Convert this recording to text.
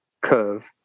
curve